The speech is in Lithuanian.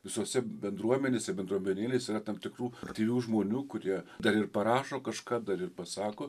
visose bendruomenėse bendruomeninėse yra tam tikrų aktyvių žmonių kurie dar ir parašo kažką dar ir pasako